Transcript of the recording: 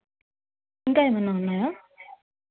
ఇంకా ఏమన్న ఉన్నాయా